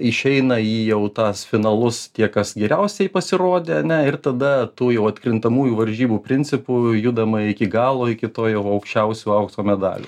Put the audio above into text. išeina į jau tas finalus tie kas geriausiai pasirodė ane ir tada tu jau atkrintamųjų varžybų principu judama iki galo iki to jau aukščiausio aukso medalių